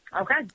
Okay